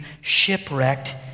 shipwrecked